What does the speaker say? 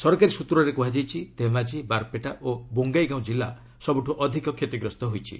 ସରକାରୀ ସ୍ନତ୍ରରେ କୁହାଯାଇଛି ଧେମାଜୀ ବାର୍ପେଟା ଓ ବାଙ୍ଗାଇଗାଓଁ ଜିଲ୍ଲା ସବୁଠୁ ଅଧିକ କ୍ଷତିଗ୍ରସ୍ତ ହୋଇଛି